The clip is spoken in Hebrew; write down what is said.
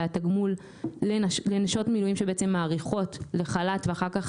והתגמול לנשות מילואים שבעצם מאריכות לחל"ת ואחר כך